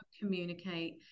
communicate